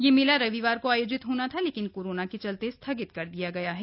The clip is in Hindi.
यह मेला रविवार को आयोजित होना था लेकिन कोरोना के चलते स्थगित कर दिया गया है